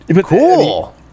cool